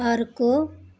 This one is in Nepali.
अर्को